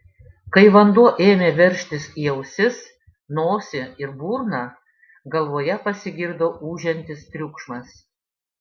kai vanduo ėmė veržtis į ausis nosį ir burną galvoje pasigirdo ūžiantis triukšmas